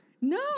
No